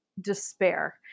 despair